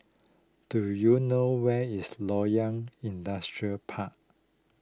do you know where is Loyang Industrial Park